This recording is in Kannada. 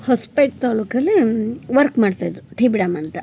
ಹೊಸ್ಪೇ್ಟೆ ತಾಲೂಕಲ್ಲಿ ವರ್ಕ್ ಮಾಡ್ತಾಯಿದ್ದರು ಟಿ ಬಿ ಡ್ಯಾಮ್ ಅಂತ